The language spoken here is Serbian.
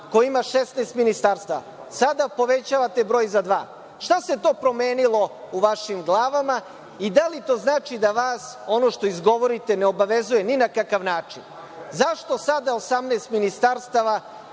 koja ima 16 ministarstava. Sada povećavate broj za dva. Šta se to promenilo u vašim glavama i da li to znači da vas ono što izgovorite ne obavezuje ni na kakav način? Zašto sada 18 ministarstava?